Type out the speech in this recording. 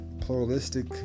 pluralistic